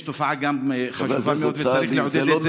יש גם תופעה חשובה מאוד וצריך לעודד את זה.